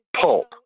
pulp